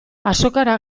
azokara